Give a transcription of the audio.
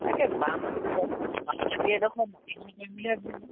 তাকে বাম বাম মাটি এডোখৰত